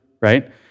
right